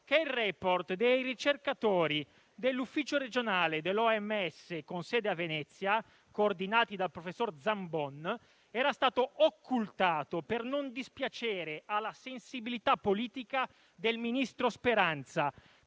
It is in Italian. che il *report* dei ricercatori dell'ufficio regionale dell'OMS con sede a Venezia, coordinati dal professor Zambon, era stato occultato per non dispiacere alla sensibilità politica del ministro Speranza,